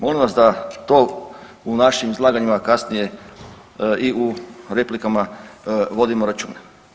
Molim vas da to u našim izlaganjima kasnije i u replikama vodimo računa.